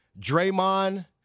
Draymond